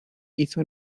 hizo